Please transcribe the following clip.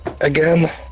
again